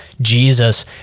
Jesus